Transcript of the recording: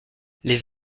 les